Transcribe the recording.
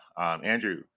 Andrew